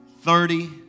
thirty